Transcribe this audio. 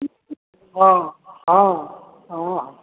हॅं हॅं हॅं